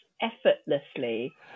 effortlessly